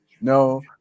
No